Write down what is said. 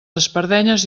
espardenyes